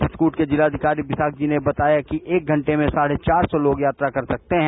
वित्रकूट के जिलाधिकारी विशाख जी ने बताया कि एक घंटे में साढ़े बार सी लोग यात्रा कर सकते हैं